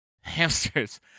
Hamsters